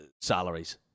salaries